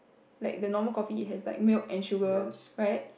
like the normal coffee it has like milk and sugar right